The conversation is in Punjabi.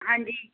ਹਾਂਜੀ